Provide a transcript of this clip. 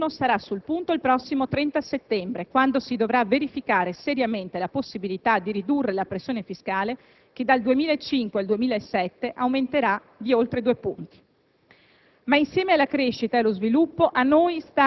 Una prima scadenza, lo dice sempre l'articolo 1, sarà sul punto il prossimo 30 settembre, quando si dovrà verificare seriamente la possibilità di ridurre la pressione fiscale che, dal 2005 al 2007, è previsto un aumento di oltre due punti.